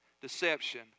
deception